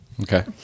Okay